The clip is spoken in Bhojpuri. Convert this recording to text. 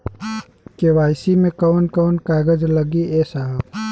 के.वाइ.सी मे कवन कवन कागज लगी ए साहब?